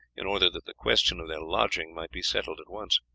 in order that the question of their lodging might be settled at once.